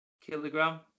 kilogram